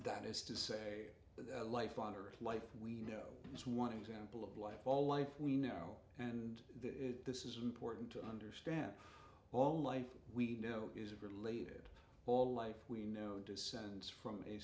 that is to say that life on earth life we know is one example of life all life we know and this is important to understand all life we know is related all life we know descends from a